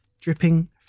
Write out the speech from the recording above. dripping